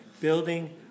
building